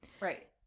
Right